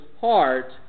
heart